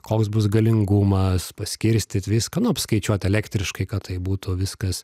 koks bus galingumas paskirstyt viską nu apskaičiuot elektriškai kad tai būtų viskas